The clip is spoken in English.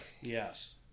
Yes